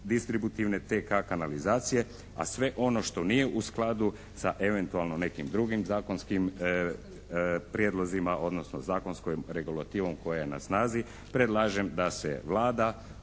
distributivne TK-a kanalizacije a sve ono što nije u skladu sa eventualno nekim drugim zakonskim prijedlozima odnosno zakonskom regulativom koja je na snazi predlažem da se Vlada